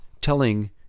telling